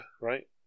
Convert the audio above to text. right